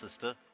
Sister